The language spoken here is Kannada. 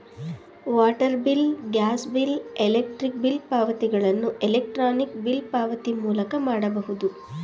water bill, gas bill, electric bill ಪಾವತಿಗಳನ್ನು ಎಲೆಕ್ರಾನಿಕ್ ಬಿಲ್ ಪಾವತಿ ಮೂಲಕ ಮಾಡಬಹುದು